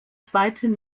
zweiten